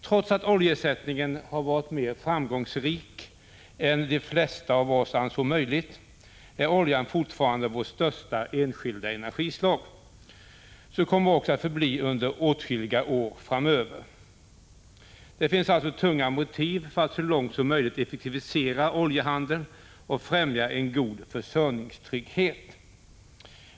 Trots att oljeersättningen har varit mer framgångsrik än de flesta av oss ansåg möjligt, är oljan fortfarande vårt största enskilda energislag. Så kommer det också att förbli under åtskilliga år framöver. Det finns alltså tunga motiv för att så långt som möjligt effektivisera oljehandel och främja en god försörjningstrygghet.